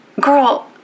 Girl